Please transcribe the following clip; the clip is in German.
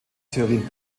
theorien